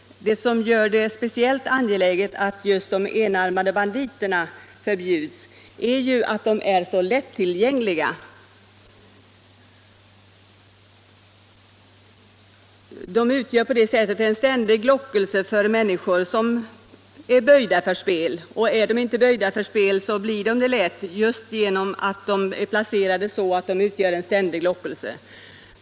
Det som gör det speciellt angeläget att förbjuda de enarmade banditerna är att dessa är så lättillgängliga. De utgör på det sättet en ständig lockelse för människor med böjelse för spel. Är man inte böjd för spel, blir man det lätt, genom att de enarmade banditerna är så strategiskt placerade.